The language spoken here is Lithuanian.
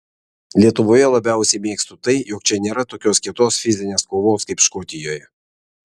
lietuvoje labiausiai mėgstu tai jog čia nėra tokios kietos fizinės kovos kaip škotijoje